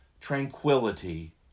tranquility